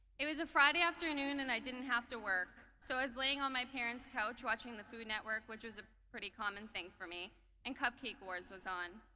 it was a friday afternoon and i didn't have to work so i was laying on my parents couch watching the food network which was a pretty common thing for me and cupcake wars was on.